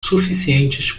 suficientes